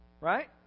Right